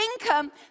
income